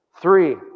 Three